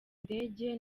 ndege